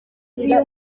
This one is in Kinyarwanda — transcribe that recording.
uyu